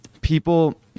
people